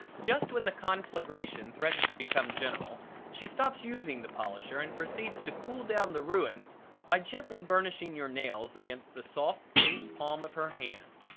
just when the conflagration threatens to become general she stops using the polisher and proceeds to cool down the ruins by gently burnishing your nails against the soft, pink palm of her hand.